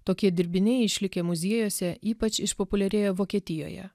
tokie dirbiniai išlikę muziejuose ypač išpopuliarėjo vokietijoje